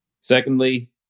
Secondly